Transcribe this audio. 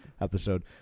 episode